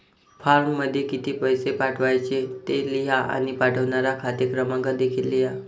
फॉर्ममध्ये किती पैसे पाठवायचे ते लिहा आणि पाठवणारा खाते क्रमांक देखील लिहा